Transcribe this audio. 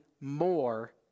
more